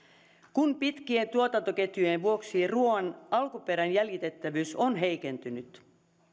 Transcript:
kun pitkien tuotantoketjujen vuoksi ruuan alkuperän jäljitettävyys on heikentynyt